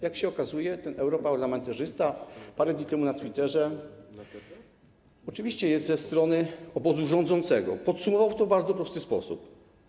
Jak się okazuje, ten europarlamentarzysta parę dni temu na Twitterze - oczywiście jest ze strony obozu rządzącego - podsumował to w bardzo prosty sposób: